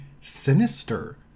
sinister